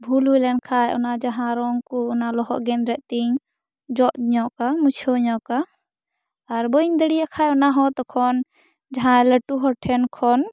ᱵᱷᱩᱞ ᱦᱩᱭ ᱞᱮᱱᱠᱷᱟᱱ ᱚᱱᱟ ᱡᱟᱦᱟᱸ ᱨᱚᱝ ᱠᱚ ᱚᱱᱟ ᱞᱚᱦᱚᱫ ᱜᱮᱸᱫᱽᱨᱮᱡ ᱛᱤᱧ ᱡᱚᱫᱽ ᱧᱚᱜᱟ ᱢᱩᱪᱷᱟᱹᱣ ᱧᱚᱜᱟ ᱟᱨ ᱵᱟᱹᱧ ᱫᱟᱲᱮᱭᱟᱜ ᱠᱷᱟᱱ ᱚᱱᱟᱦᱚᱸ ᱛᱚᱠᱷᱚᱱ ᱡᱟᱦᱟᱸ ᱞᱟᱹᱴᱩ ᱦᱚᱲ ᱴᱷᱮᱱ ᱠᱷᱚᱱ